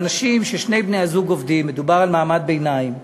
כששני בני-הזוג עובדים, מדובר על מעמד ביניים,